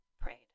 prayed